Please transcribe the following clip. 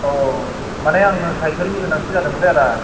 औ माने आंनो सायखेलनि गोनांथि जादोंमोनलै आदा